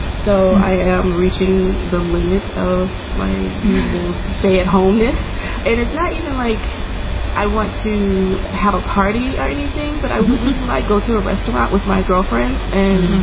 so i am reaching the limit of my stay at home. this and is not even like i want to have a party or anything, but i would really like go to a restaurant with my girlfriends and.